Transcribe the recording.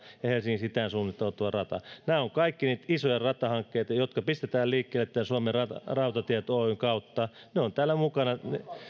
ja ja helsingistä itään suuntautuva rata nämä ovat kaikki niitä isoja ratahankkeita jotka pistetään liikkeelle suomen rautatiet oyn kautta ne ovat täällä mukana